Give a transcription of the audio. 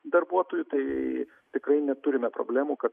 darbuotojų tai tikrai neturime problemų kad